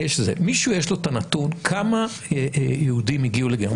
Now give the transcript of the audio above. מישהו, יש לו את הנתון כמה יהודים הגיעו לגרמניה?